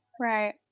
Right